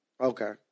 Okay